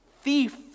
thief